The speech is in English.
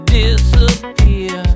disappear